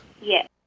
Yes